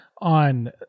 on